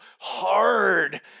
hard